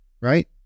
right